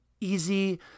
easy